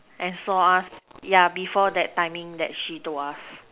and saw us yeah before that timing that she told us